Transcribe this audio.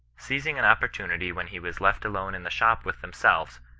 seizing an opportunity when he was left alone in the shop with themselves,